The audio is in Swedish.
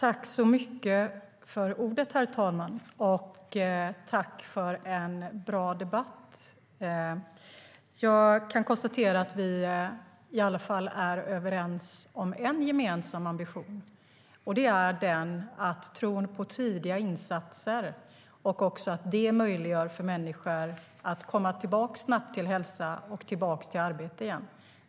Herr talman! Tack för en bra debatt! Jag kan konstatera att vi i alla fall är överens om en gemensam ambition, nämligen tron på tidiga insatser och att det möjliggör för människor att snabbt komma tillbaka till hälsa och arbete.